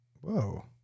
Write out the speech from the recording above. Whoa